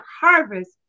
harvest